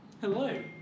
Hello